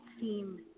seem